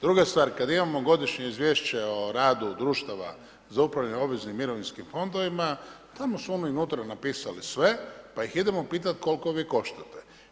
Druga stvar, kada imamo godišnje izvješće o radu društava, za upravljanje obveznim mirovinskim fondovima, tamo su oni unutra, napisali sve, pa ih idemo pitati, koliko vi koštate.